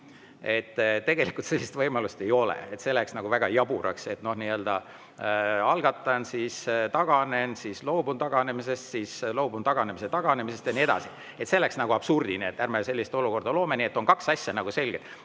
Tegelikult sellist võimalust ei ole, see läheks nagu väga jaburaks, kui ma algatan, siis taganen, siis loobun taganemisest, siis loobun taganemise taganemisest ja nii edasi. See läheks nagu absurdini, ärme sellist olukorda loome. Nii et kaks asja on nagu selged.